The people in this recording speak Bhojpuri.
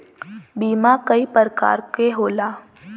बीमा कई परकार के होला